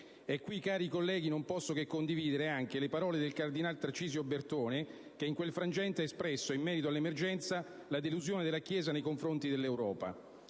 E qui, cari colleghi, non posso che condividere anche le parole del cardinal Tarcisio Bertone che, in quel frangente, ha espresso in merito all'emergenza la delusione della Chiesa nei confronti dell'Europa.